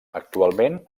actualment